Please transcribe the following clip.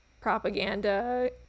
propaganda